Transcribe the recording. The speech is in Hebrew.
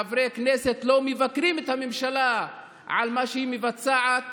חברי הכנסת לא מבקרים את הממשלה על מה שהיא מבצעת